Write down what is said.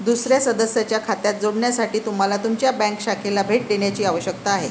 दुसर्या सदस्याच्या खात्यात जोडण्यासाठी तुम्हाला तुमच्या बँक शाखेला भेट देण्याची आवश्यकता आहे